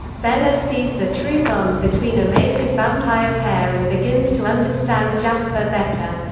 bella sees the true bond between a mated vampire pair and begins to understand jasper better.